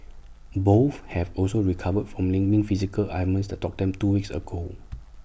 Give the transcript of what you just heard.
both have also recovered from niggling physical ailments that dogged them two weeks ago